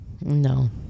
no